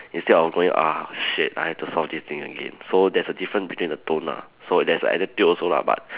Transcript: instead of going ah shit I have to solve this thing again so there's a difference between the tone lah so there's a attitude also lah but